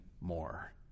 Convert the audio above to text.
more